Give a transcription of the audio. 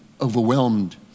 overwhelmed